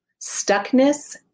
Stuckness